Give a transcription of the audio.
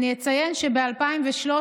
אני אציין שב-2013,